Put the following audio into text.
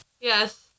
Yes